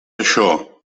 això